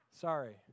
Sorry